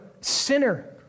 sinner